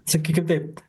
sakykim taip